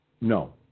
no